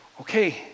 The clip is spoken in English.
okay